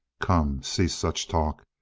come, cease such talk!